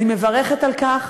אני מברכת על כך,